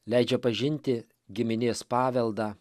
leidžia pažinti giminės paveldą